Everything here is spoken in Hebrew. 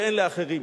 והן לאחרים.